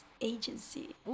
Agency